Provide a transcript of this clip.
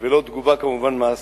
ולא תגובה, כמובן, מעשית.